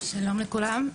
שלום לכולם,